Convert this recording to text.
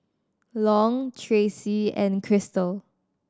Long Tracy and Chrystal